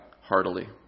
heartily